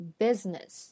business